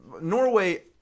Norway